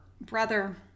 brother